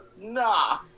nah